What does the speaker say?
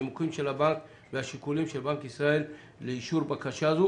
הנימוקים של הבנק והשיקולים של בנק ישראל לאישור בקשה זו.